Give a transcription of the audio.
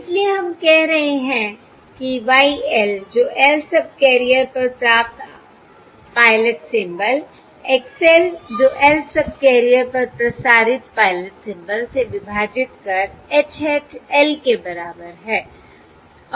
इसलिए हम कह रहे हैं कि Y l जो lth सबकैरियर पर प्राप्त पायलट सिंबल X l जो lth सबकैरियर पर प्रसारित पायलट सिंबल से विभाजित कर H hat l के बराबर है